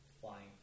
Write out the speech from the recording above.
flying